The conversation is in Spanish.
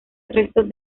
restos